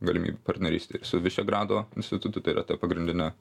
galimyb partnerystei su višegrado institutu tai yra ta pagrindine